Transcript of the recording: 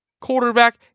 quarterback